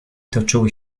toczyły